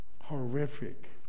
horrific